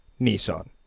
Nissan